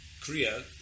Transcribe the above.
Korea